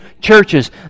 churches